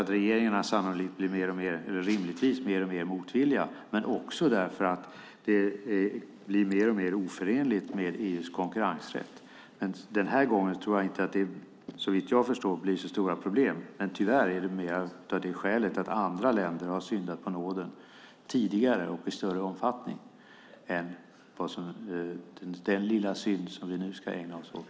Det beror dels på att regeringarna rimligtvis blir mer och mer motvilliga, dels på att det blir mer och mer oförenligt med EU:s konkurrensrätt. Såvitt jag förstår blir det inte så stora problem den här gången, men tyvärr beror det mer på att andra länder har syndat på nåden tidigare och i större omfattning än den lilla synd som vi nu ska ägna oss åt.